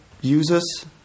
users